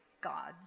gods